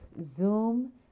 Zoom